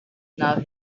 now